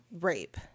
rape